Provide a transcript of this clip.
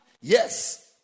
Yes